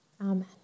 Amen